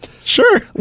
Sure